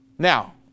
Now